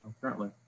currently